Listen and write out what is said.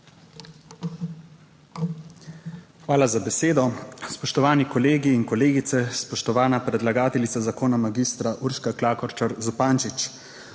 Hvala za besedo. Spoštovani kolegi in kolegice, spoštovana predlagateljica zakona, magistra Urška Klakočar Zupančič!